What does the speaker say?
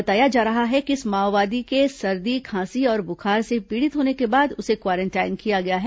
बताया जा रहा है कि इस माओवादी के सर्दी खांसी और बुखार से पीड़ित होने के बाद उसे क्वारेंटाइन किया गया है